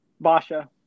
Basha